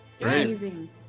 Amazing